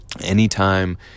anytime